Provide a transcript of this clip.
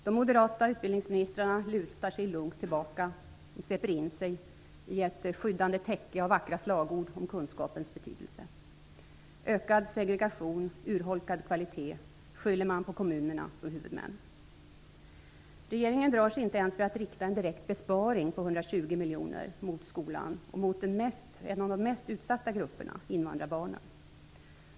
De moderata ministrarna på detta område lutar sig lugnt tillbaka och sveper in sig i ett skyddande täcke av vackra slagord om kunskapens betydelse. Ökad segregation och urholkad kvalitet skyller man på kommunerna, som är huvudmän. Regeringen drar sig inte ens för att rikta en direkt besparing på 120 miljoner mot skolan och mot en av de mest utsatta grupperna, nämligen invandrarbarnen.